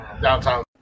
downtown